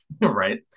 Right